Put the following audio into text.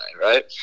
right